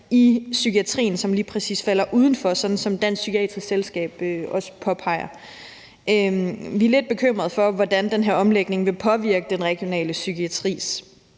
i psykiatrien, som lige præcis falder uden for det, sådan som Dansk Psykiatrisk Selskab også påpeger. Vi er lidt bekymrede for, hvordan den her omlægning vil påvirke den regionale psykiatris